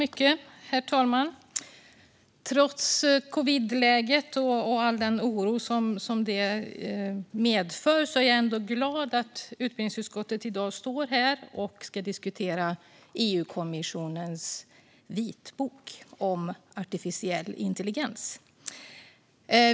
Herr talman! Trots covidläget och all den oro som det medför är jag ändå glad över att vi står här i kammaren i dag och ska diskutera EU-kommissionens vitbok om artificiell intelligens.